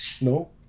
No